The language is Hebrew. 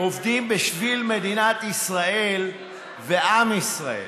עובדים בשביל מדינת ישראל ועם ישראל.